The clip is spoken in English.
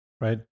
right